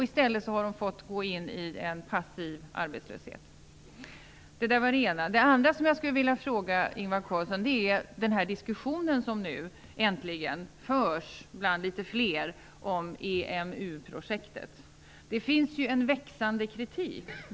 I stället har de fått gå in i en passiv arbetslöshet. Det var det ena. Det andra som jag skulle vilja fråga Ingvar Carlsson om gäller den diskussion som nu äntligen förs bland litet fler om EMU-projektet. Det finns en växande kritik.